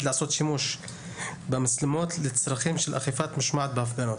לעשות שימוש במצלמות לצרכים של אכיפת משמעת בהפגנות?